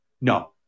No